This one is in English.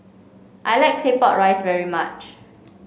I like Claypot Rice very much